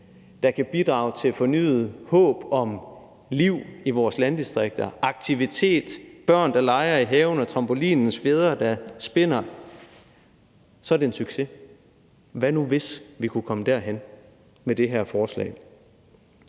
dag, kan bidrage til fornyet håb om liv i vores landdistrikter, om aktivitet, om børn, der leger i haven, om trampoliners fjedre, der spændes, og så er det en succes. Hvad nu, hvis vi kunne komme derhen med det her forslag?